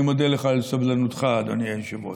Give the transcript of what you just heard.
אני מודה לך על סבלנותך, אדוני היושב-ראש.